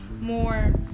more